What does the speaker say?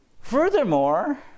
Furthermore